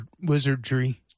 wizardry